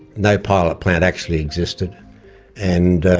no pilot plant actually existed and